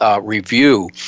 review